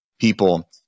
people